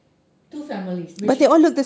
two families which is